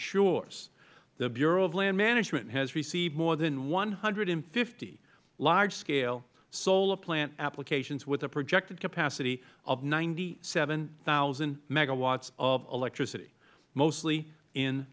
shores the bureau of land management has received more than one hundred and fifty large scale solar plant applications with a projected capacity of ninety seven thousand megawatts of electricity mostly in